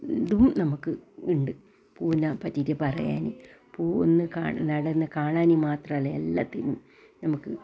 ഇതും നമുക്ക് ഉണ്ട് പൂവിനെ പറ്റിയിട്ട് പറയാൻ പൂ ഒന്ന് നടന്നു കാണാനും മാത്രമല്ല എല്ലാത്തിനും നമുക്ക്